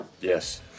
Yes